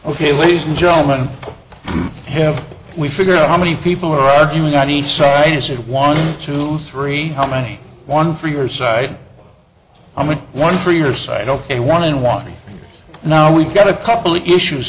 ok ladies and gentlemen have we figure out how many people are arguing on each side you said one two three how many one for your side i'm going one for your side ok one n one now we've got a couple of issues